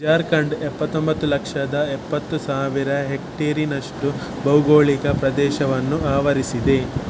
ಜಾರ್ಖಂಡ್ ಎಪ್ಪತ್ತೊಂಬತ್ತು ಲಕ್ಷದ ಎಪ್ಪತ್ತು ಸಾವಿರ ಹೆಕ್ಟೇರಿನಷ್ಟು ಭೌಗೋಳಿಕ ಪ್ರದೇಶವನ್ನು ಆವರಿಸಿದೆ